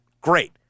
great